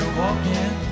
walking